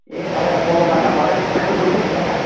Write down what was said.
ए तपाईँ त पल्लो पाखा पऱ्यो घमाइलो छ नि हो त्यो पाखा त